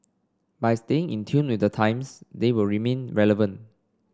by staying in tune with the times they will remain relevant